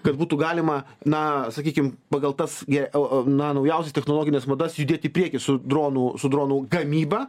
kad būtų galima na sakykim pagal tas gi o na naujausias technologines madas judėti į priekį su dronų su dronų gamyba